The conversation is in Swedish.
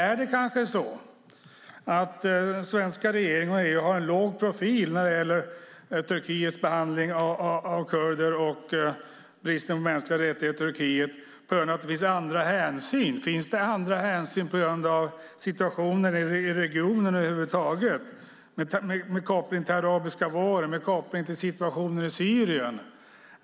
Är det kanske så att den svenska regeringen och EU har en låg profil när det gäller Turkiets behandling av kurder och bristen på mänskliga rättigheter i Turkiet på grund av att det finns andra hänsyn? Finns det andra hänsyn på grund av situationen i regionen över huvud taget med koppling till arabiska våren och med koppling till situationen i Syrien?